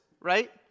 right